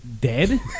dead